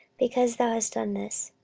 because thou hast done this,